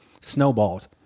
snowballed